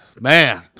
Man